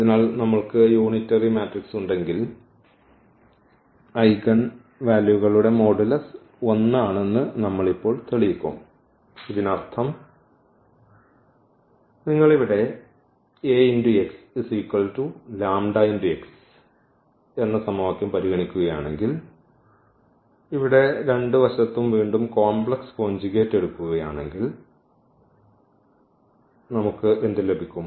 അതിനാൽ നമ്മൾക്ക് unitary matrix ഉണ്ടെങ്കിൽ ഐഗൻവാല്യൂകളുടെ മോഡുലസ് 1 ആണെന്ന് നമ്മൾ ഇപ്പോൾ തെളിയിക്കും ഇതിനർത്ഥം നിങ്ങൾ ഇവിടെ പരിഗണിക്കുകയാണെങ്കിൽ ഇവിടെ വീണ്ടും കോംപ്ലക്സ് കോഞ്ചുഗേറ്റ് എടുക്കുകയാണെങ്കിൽ നമുക്ക് എന്ത് ലഭിക്കും